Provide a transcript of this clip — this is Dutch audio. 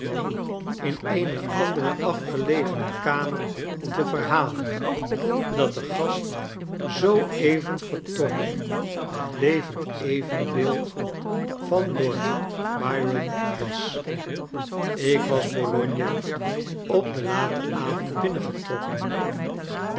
in eene andere afgelegene kamer te verhalen dat de gast zoo even vertrokken het levend evenbeeld van lord byron was ik was bologna op den laten avond binnengetrokken